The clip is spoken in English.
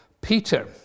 Peter